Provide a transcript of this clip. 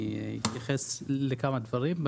אני אתייחס לכמה דברים.